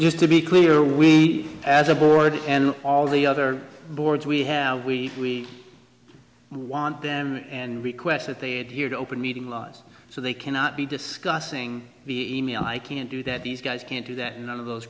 used to be clear we as a board and all the other boards we have we want them and requests that they adhere to open meeting laws so they cannot be discussing me i can't do that these guys can't do that none of those